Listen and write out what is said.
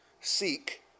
seek